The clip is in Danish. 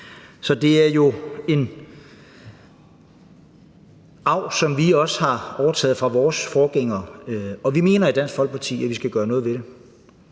Så det er jo en arv, som vi har overtaget fra vores forgængere, og vi mener i Dansk Folkeparti, at vi skal gøre noget ved det.